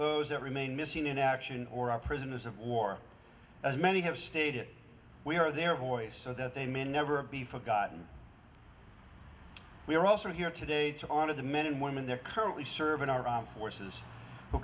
those that remain missing in action or are prisoners of war as many have stated we are their voice so that they may never be forgotten we are also here today to honor the men and women they're currently serving our armed forces w